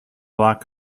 bloc